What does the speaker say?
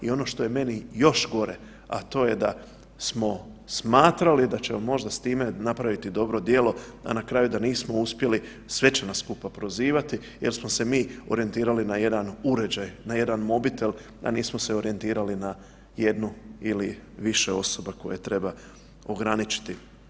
I ono što je meni još gore, a to je da smo smatrali da ćemo možda s time napraviti dobro djelo da na kraju nismo uspjeli, sve će nas skupa prozivati jer smo se mi orijentirali na jedan uređaj, na jedan mobitel, a nismo se orijentirali na jednu ili više osoba koje treba ograničiti.